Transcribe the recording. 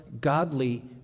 godly